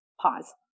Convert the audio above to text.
pause